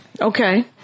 Okay